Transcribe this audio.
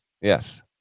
yes